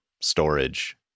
storage